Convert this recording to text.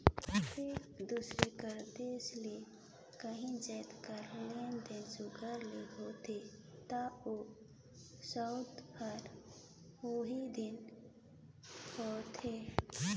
एक दूसर कर देस ले काहीं जाएत कर लेना देना सुग्घर ले होथे ता ओ सउदा हर ओही दिन होथे